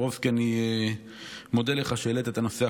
השאילתה.